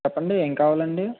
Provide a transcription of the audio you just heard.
చెప్పండి ఏం కావాలండి